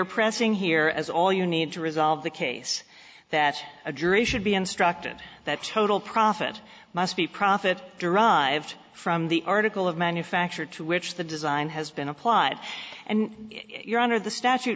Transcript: pressing here as all you need to resolve the case that a jury should be instructed that total profit must be profit derived from the article of manufacture to which the design has been applied and your honor the statute